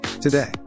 today